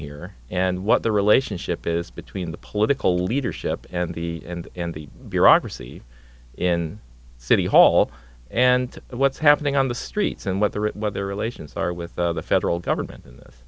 here and what the relationship is between the political leadership and the and and the bureaucracy in city hall and what's happening on the streets and what they're at what their relations are with the federal government in this